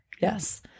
Yes